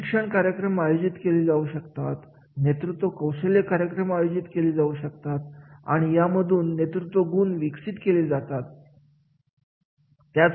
प्रशिक्षण कार्यक्रम आयोजित केले जाऊ शकतात नेतृत्व कौशल्य कार्यक्रम आयोजित केले जाऊ शकतात आणि यामधून नेतृत्व गुण विकसित केले जातात